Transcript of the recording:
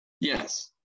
Yes